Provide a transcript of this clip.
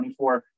24